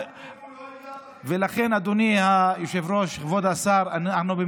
אל תדאגו, הוא לא